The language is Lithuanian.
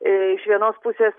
iš vienos pusės